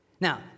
Now